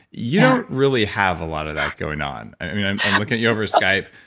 you don't really have a lot of that going on. i'm looking at you over skype.